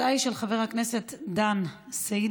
ההצעה היא של חבר הכנסת דן סידה.